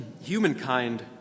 Humankind